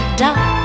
dark